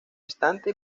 instante